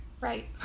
Right